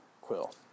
quill